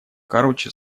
короче